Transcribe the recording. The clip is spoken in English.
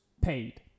paid